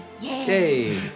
Yay